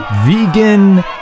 vegan